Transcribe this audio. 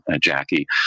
Jackie